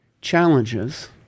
challenges